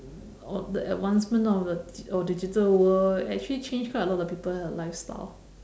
o~ the advancement of the digi~ o~ digital world actually change quite a lot of the people lifestyle